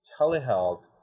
telehealth